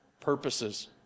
purposes